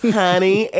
honey